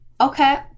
Okay